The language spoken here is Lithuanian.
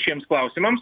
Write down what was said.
šiems klausimams